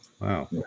wow